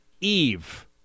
Eve